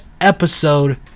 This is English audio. episode